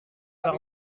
par